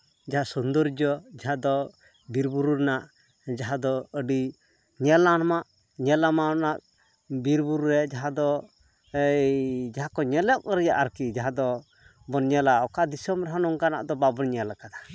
ᱡᱟᱦᱟᱸ ᱥᱳᱱᱫᱚᱨᱡᱚ ᱡᱟᱦᱟᱸ ᱫᱚ ᱵᱤᱨᱼᱵᱩᱨᱩ ᱨᱮᱱᱟᱜ ᱡᱟᱦᱟᱸ ᱫᱚ ᱟᱹᱰᱤ ᱧᱮᱞ ᱞᱟᱱᱟᱜ ᱧᱮᱞ ᱧᱟᱢᱟᱱᱟᱜ ᱵᱤᱨ ᱼᱵᱩᱨᱩᱨᱮ ᱡᱟᱦᱟᱸ ᱫᱚ ᱤᱭ ᱡᱟᱦᱟᱸ ᱠᱚ ᱧᱮᱞᱚᱜ ᱨᱮᱭᱟᱜ ᱟᱨᱠᱤ ᱡᱟᱦᱟᱸ ᱫᱚᱵᱚᱱ ᱧᱮᱞᱟ ᱚᱠᱟ ᱫᱤᱥᱚᱢ ᱨᱮᱦᱚᱸ ᱱᱚᱝᱠᱟᱱᱟᱜ ᱫᱚ ᱵᱟᱵᱚᱱ ᱧᱮᱞ ᱠᱟᱫᱟ